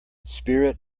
spirit